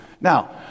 Now